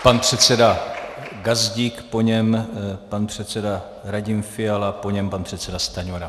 Pan předseda Gazdík, po něm pan předseda Radim Fiala, po něm pan předseda Stanjura.